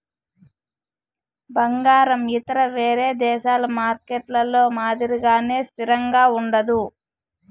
బంగారం ఇతర వేరే దేశాల మార్కెట్లలో మాదిరిగానే స్థిరంగా ఉండదు